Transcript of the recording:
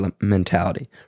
mentality